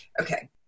Okay